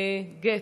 גט,